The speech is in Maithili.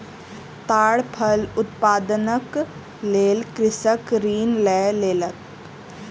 ताड़ फल उत्पादनक लेल कृषक ऋण लय लेलक